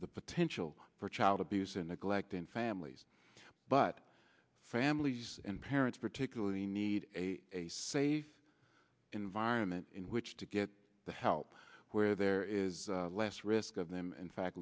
the potential for child abuse and neglect in families but families and parents particularly need a safe environment in which to get the help where there is less risk of them in fact